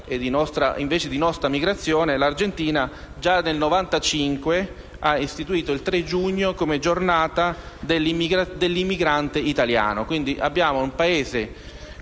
e della nostra migrazione, l'Argentina, già nel 1995 ha istituito il 3 giugno come Giornata dell'immigrante italiano.